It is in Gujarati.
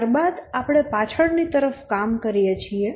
ત્યારબાદ આપણે પાછળની તરફ કામ કરીએ છીએ